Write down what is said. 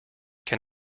can